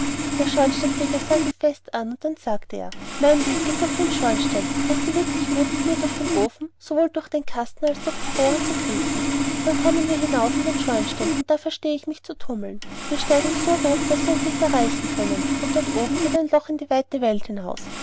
der schornsteinfeger sah sie fest an und dann sagte er mein weg geht durch den schornstein hast du wirklich mut mit mir durch den ofen sowohl durch den kasten als durch die röhre zu kriechen dann kommen wir hinaus in den schornstein und da verstehe ich mich zu tummeln wir steigen so hoch daß sie uns nicht erreichen können und ganz oben geht ein loch in die weite welt hinaus